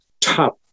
top